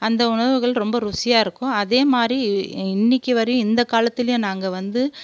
அந்த உணவுகள் ரொம்ப ருசியாக இருக்கும் அதே மாதிரி இன்னைக்கு வரையும் இந்த காலத்துலேயும் நாங்கள் வந்து